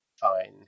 Fine